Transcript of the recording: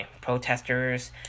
protesters